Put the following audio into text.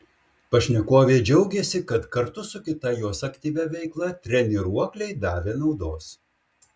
pašnekovė džiaugėsi kad kartu su kita jos aktyvia veikla treniruokliai davė naudos